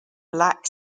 black